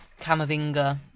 Camavinga